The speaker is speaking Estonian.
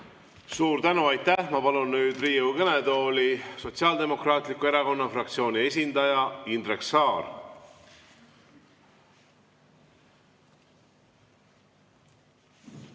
Suur tänu! Aitäh! Ma palun nüüd Riigikogu kõnetooli Sotsiaaldemokraatliku Erakonna fraktsiooni esindaja Indrek Saare.